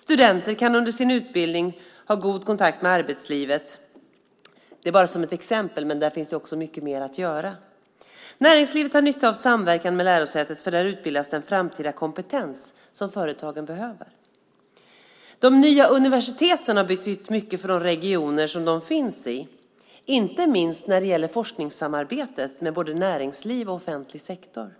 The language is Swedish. Studenter kan under sin utbildning ha god kontakt med arbetslivet. Det är bara ett exempel, men det finns mycket mer att göra. Näringslivet har nytta av samverkan med lärosätet, eftersom den framtida kompetens som företagen behöver utbildas där. De nya universiteten har betytt mycket för de regioner som de finns i, inte minst när det gäller forskningssamarbetet med både näringsliv och offentlig sektor.